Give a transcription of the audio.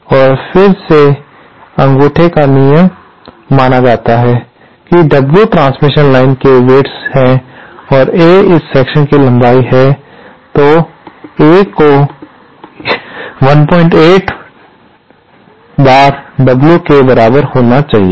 और फिर से अंगूठे का नियम माना जाता है की W ट्रांसमिशन लाइन्स के विड्थ है और A इस सेक्शन की लंबाई है तो A को 18 बार W के बराबर होना चाहिए